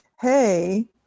hey